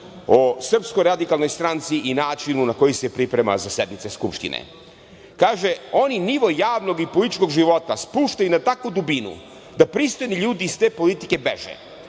kazao Zoran Đinđić o SRS i načinu na koji se priprema za sednice Skupštine. Kaže: „Oni nivo javnog i političkog života spuštaju na takvu dubinu da pristojni ljudi iz te politike beže.